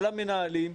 של המנהלים,